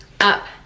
up